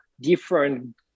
different